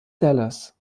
dallas